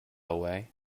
away